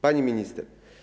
Pani Minister!